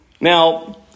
Now